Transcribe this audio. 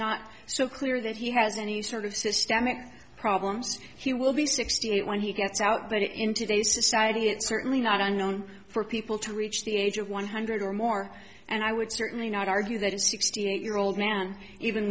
not so clear that he has any sort of systemic problems he will be sixty eight when he gets out but in today's society it's certainly not unknown for people to reach the age of one hundred or more and i would certainly not argue that a sixty eight year old man even